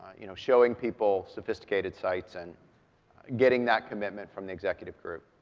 you know, showing people sophisticated sites, and getting that commitment from the executive group.